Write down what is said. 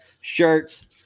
shirts